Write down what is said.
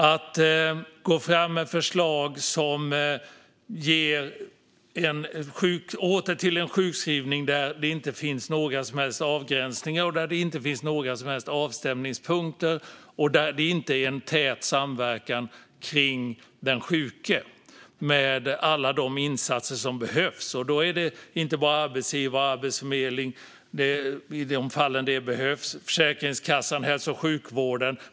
Det är inte fråga om att lägga fram förslag som innebär en återgång till sjukskrivning där det inte finns några som helst avgränsningar eller avstämningspunkter, och inte heller en tät samverkan med den sjuke med alla insatser som behövs, inte bara arbetsgivare och Arbetsförmedlingen, Försäkringskassan och hälso och sjukvården.